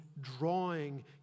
drawing